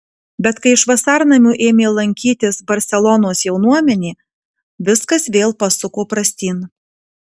bet kai iš vasarnamių ėmė lankytis barselonos jaunuomenė viskas vėl pasuko prastyn